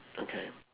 okay